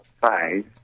five